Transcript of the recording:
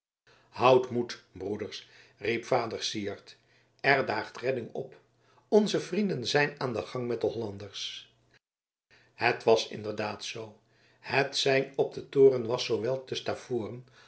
houdt moed broeders riep vader syard er daagt redding op onze vrienden zijn aan den gang met de hollanders het was inderdaad zoo het sein op den toren was zoowel te